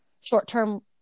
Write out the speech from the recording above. short-term